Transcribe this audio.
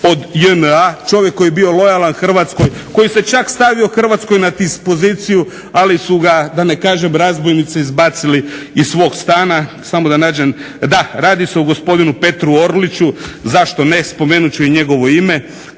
od JNA. Čovjek koji je bio lojalan Hrvatskoj, koji se čak stavio Hrvatskoj na dispoziciju, ali su ga da ne kažem razbojnici izbacili iz svog stana. Samo da nađem. Da, radi se o gospodinu Petru Orliću. Zašto ne, spomenut ću i njegovo ime